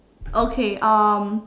okay um